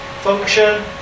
function